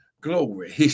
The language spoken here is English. glory